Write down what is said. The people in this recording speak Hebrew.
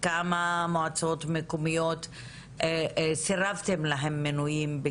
כמה מועצות מקומיות סירבתם להם מינויים.